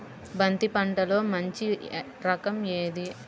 బంతి పంటలో మంచి రకం ఏది?